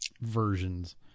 versions